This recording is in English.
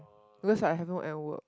because I haven't end work